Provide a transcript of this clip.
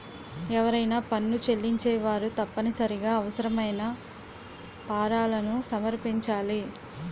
ఎవరైనా పన్ను చెల్లించేవారు తప్పనిసరిగా అవసరమైన ఫారాలను సమర్పించాలి